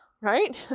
right